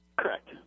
Correct